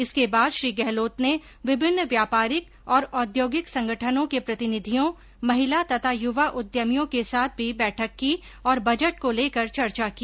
इसके बाद श्री गहलोत ने विभिन्न व्यापारिक और औद्योगिक संगठनों के प्रतिनिधियों महिला तथा युवा उघमियों के साथ भी बैठक की और बजट को लेकर चर्चा की